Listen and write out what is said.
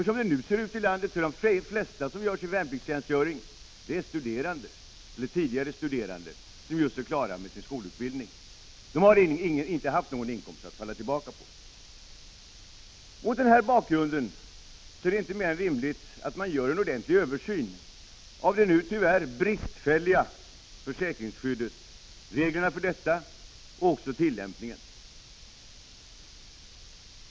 Som det nu ser ut i landet är de flesta som gör sin värnplikttjänstgöring studerande, eller tidigare studerande som just är klara med sin skolutbildning. De har inte haft någon inkomst att falla tillbaka på. Mot denna bakgrund är det inte mer än rimligt att man gör en ordentlig översyn av reglerna för och tillämpningen av det nu tyvärr bristfälliga försäkringsskyddet.